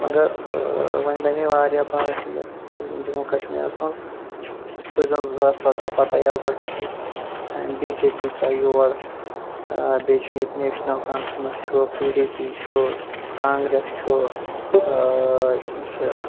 مَگَر وۄنۍ بَنے واریاہ پاٹی یَتھ جموں کَشمیٖرَس مَنٛز اِتھ پٲٹھۍ زَن زٕ ساس ژۄدَہ پَتے آو گۄڈنیتھٕ بی جے پی ژاو یور بیٚیہِ چھُ ییٚتہِ نیشنَل کانفرنس چھُ پی ڈی پی چھُ کانگریس چھُ یہِ چھُ